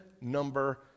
number